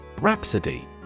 Rhapsody